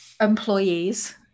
employees